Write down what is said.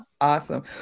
Awesome